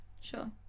Sure